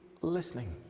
listening